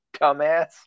dumbass